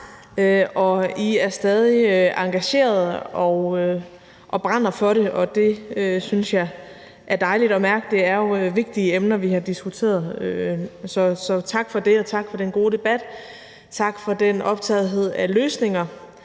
og I er stadig engagerede og brænder for det, og det synes jeg er dejligt at mærke. Det er jo vigtige emner, vi har diskuteret. Så tak for det, og tak for den gode debat. Tak for den optagethed af løsninger,